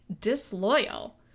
disloyal